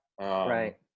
Right